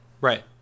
Right